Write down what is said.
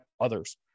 others